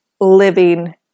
living